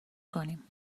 کنیم